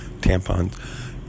Tampons